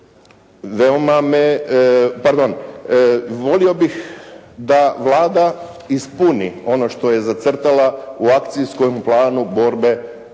veoma me, pardon, volio bih da Vlada ispuni ono što je zacrtala u Akcijskom planu borbe